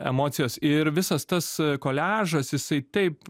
emocijos ir visas tas koliažas jisai taip